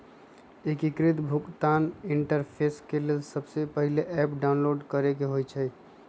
एकीकृत भुगतान इंटरफेस के लेल सबसे पहिले ऐप डाउनलोड करेके होइ छइ